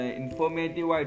informative